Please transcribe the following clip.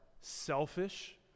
selfish